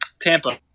Tampa